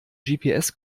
gps